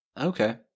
Okay